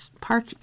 Park